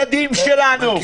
זה הילדים שלנו.